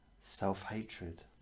self-hatred